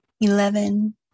eleven